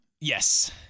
Yes